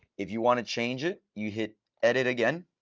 if you want to change it you hit edit again.